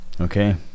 Okay